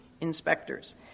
inspectors